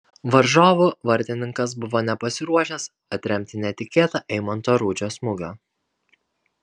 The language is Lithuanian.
varžovų vartininkas buvo nepasiruošęs atremti netikėtą eimanto rudžio smūgio